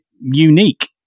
unique